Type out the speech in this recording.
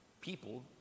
people